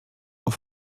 auf